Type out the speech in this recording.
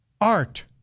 art